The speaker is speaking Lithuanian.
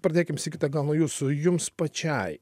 pradėkim sigita gal nuo jūsų jums pačiai